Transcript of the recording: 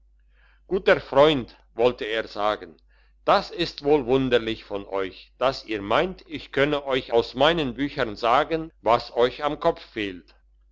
guter freund wollte er sagen das ist wohl wunderlich von euch dass ihr meint ich könne euch aus meinen büchern sagen was euch im kopf fehlt